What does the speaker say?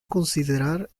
considerar